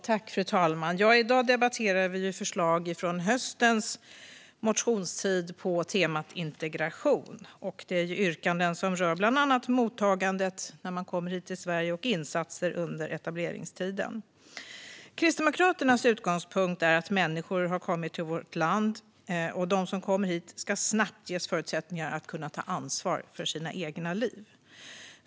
Fru talman! I dag debatterar vi förslag från höstens motionstid på temat integration, och det är fråga om yrkanden som rör bland annat mottagandet när man kommer hit till Sverige och insatser under etableringstiden. Kristdemokraternas utgångspunkt är att människor har kommit till vårt land, och de som har kommit hit ska snabbt ges förutsättningar att ta ansvar för sina egna liv.